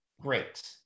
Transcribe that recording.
great